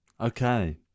Okay